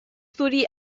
zuri